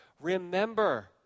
remember